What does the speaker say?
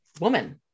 woman